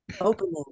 opening